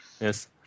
Yes